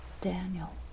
Daniel